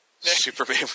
Superman